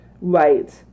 Right